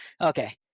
Okay